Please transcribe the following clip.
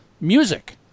music